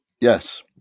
Yes